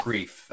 Grief